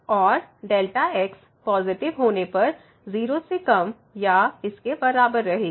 और Δx positive होने पर 0 से कम या बराबर रहेगा